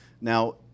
Now